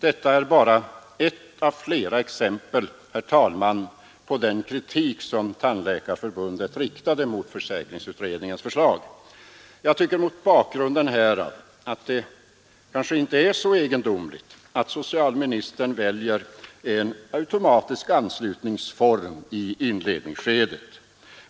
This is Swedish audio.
Detta är bara ett av flera exempel, herr talman, på den kritik som Tandläkarförbundet riktade mot försäkringsutredningens förslag. Jag tycker mot bakgrund härav att det kanske inte är så egendomligt att socialministern väljer en automatisk anslutningsform i inledningsskedet.